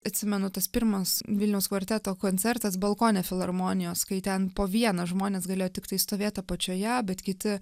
atsimenu tas pirmas vilniaus kvarteto koncertas balkone filharmonijos kai ten po vieną žmonės galėjo tiktai stovėt apačioje bet kiti